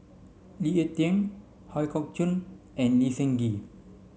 Lee Ek Tieng Ooi Kok Chuen and Lee Seng Gee